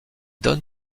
donne